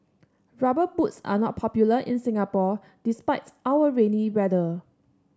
rubber boots are not popular in Singapore despite our rainy weather